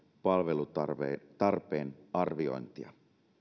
palvelutarpeen arviointia